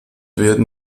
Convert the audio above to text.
werden